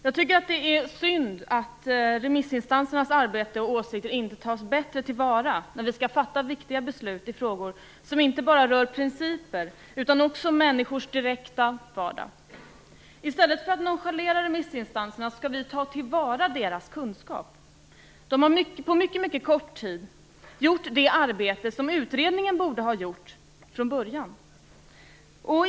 Jag tycker att det är synd att remissinstansernas arbete och åsikter inte tas bättre till vara när vi skall fatta viktiga beslut i frågor som inte bara rör principer, utan också människors direkta vardag. I stället för att nonchalera remissinstanserna skall vi ta till vara deras kunskap. De har på mycket kort tid gjort det arbete som utredningen borde ha gjort från början.